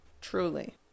truly